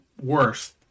worse